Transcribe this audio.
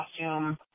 costume